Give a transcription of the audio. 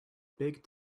big